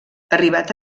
arribat